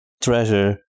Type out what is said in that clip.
treasure